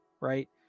right